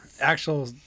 actual